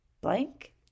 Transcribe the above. blank